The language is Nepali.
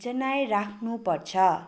जनाइराख्नु पर्छ